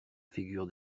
figure